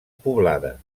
poblada